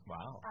Wow